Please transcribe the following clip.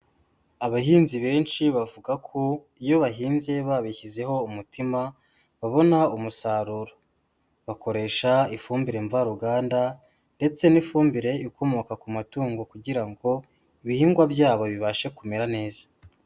Abahinzi benshi bavuga ko iyo bahinze babishyizeho umutima babona umusaruro, bakoresha ifumbire mvaruganda ndetse n'ifumbire ikomoka ku matungo kugira ngo ibihingwa byabo bibashe kumera neza.